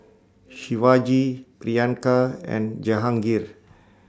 Shivaji Priyanka and Jehangirr